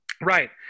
right